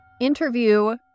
interview